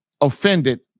offended